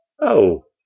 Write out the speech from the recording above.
Oh